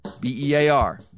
B-E-A-R